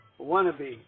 wannabe